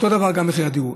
אותו דבר גם מחירי הדיור.